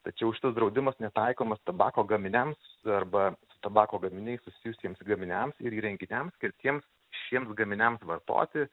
tačiau šitas draudimas netaikomas tabako gaminiams arba su tabako gaminiais susijusiems gaminiams ir įrenginiams skirtiems šiems gaminiams vartoti